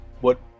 what-